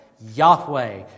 Yahweh